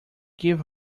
give